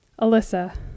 Alyssa